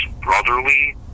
brotherly